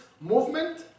movement